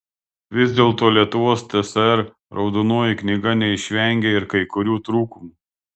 vis dėlto lietuvos tsr raudonoji knyga neišvengė ir kai kurių trūkumų